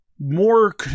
more